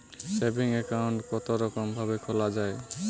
Saving account কতরকম ভাবে খোলা য়ায়?